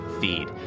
feed